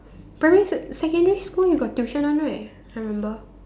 primary secondary school you got tuition one right I remember